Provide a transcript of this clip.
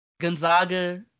Gonzaga